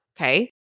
okay